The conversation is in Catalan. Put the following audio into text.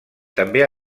també